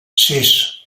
sis